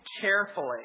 carefully